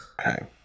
Okay